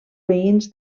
veïns